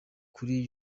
kuri